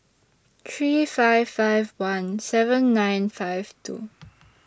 three five five one seven nine five two